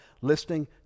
listening